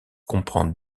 comprend